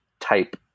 type